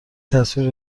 تصویر